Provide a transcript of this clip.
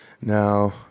Now